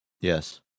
Yes